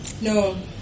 No